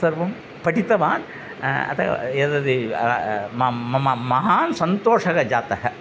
सर्वं पठितवान् अतः एतद् ये म मम महान् सन्तोषः जातः